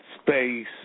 space